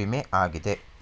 ವಿಮೆ ಆಗಿದೆ